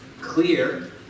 clear